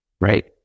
right